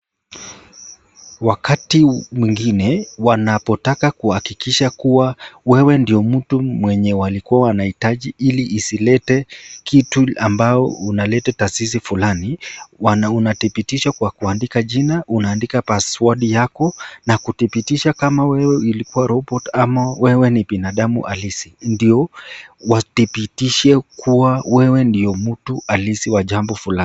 Wakati mwingine, wanapotaka kuhakikisha kuwa wewe ndio mtu mwenye walikua wanahitaji ili isilete kitu ambao unaleta tasisi fulani. Unadhibitishwa kwa kuandika jina, unaandika pasiwadi yako na kudhibitisha kama wewe ilikua robot ama wewe ni binadamu halisi. Ndio wadhibitishe kuwa wewe ndio mtu halisi wa jambo fulani.